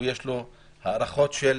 יש לו הארכות של